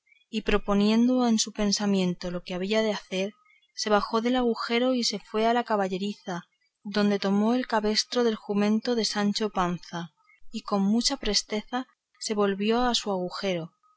y proponiendo en su pensamiento lo que había de hacer se bajó del agujero y se fue a la caballeriza donde tomó el cabestro del jumento de sancho panza y con mucha presteza se volvió a su agujero